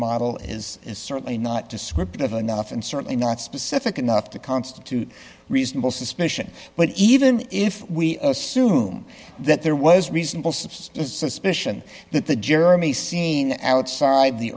model is certainly not descriptive enough and certainly not specific enough to constitute reasonable suspicion but even if we assume that there was reasonable suspicion that the jeremy scene outside the